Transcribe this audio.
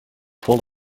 vol